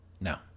no